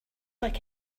like